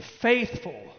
faithful